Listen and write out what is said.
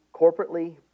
corporately